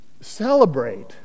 celebrate